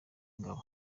ingabo